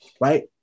right